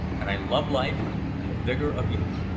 and i love life and the vigor of youth.